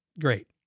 great